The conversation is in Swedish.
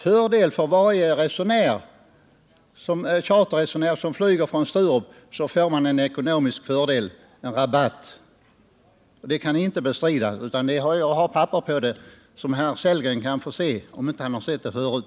För varje charterresenär som flyger från Sturup får man en ekonomisk fördel, en rabatt. Det kan inte bestridas — jag har papper på det som Rolf Sellgren kan få se om han inte har sett det förut.